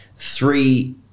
Three